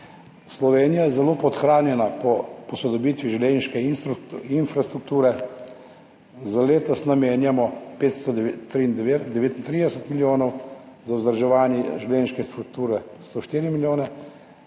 Slovenija je zelo podhranjena pri posodobitvi železniške infrastrukture. Za letos namenjamo 539 milijonov evrov, za vzdrževanje železniške infrastrukture 104 milijone,